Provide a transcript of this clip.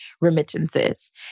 remittances